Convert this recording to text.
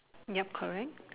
yup correct